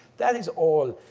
that is all,